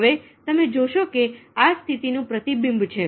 હવે તમે જોશો કે આ સ્થિતિનું પ્રતિબિંબ છે